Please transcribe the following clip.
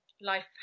life